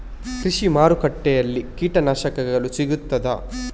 ಕೃಷಿಮಾರ್ಕೆಟ್ ನಲ್ಲಿ ಕೀಟನಾಶಕಗಳು ಸಿಗ್ತದಾ?